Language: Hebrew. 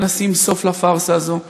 בוא נשים סוף לפארסה הזאת.